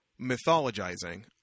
mythologizing